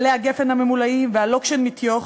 עלי הגפן הממולאים וה"לוקשן מיט יוך"